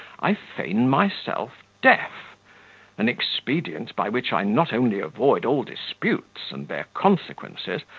i feign myself deaf an expedient by which i not only avoid all disputes and their consequences,